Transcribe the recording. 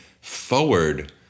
forward